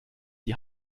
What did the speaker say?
die